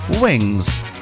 Wings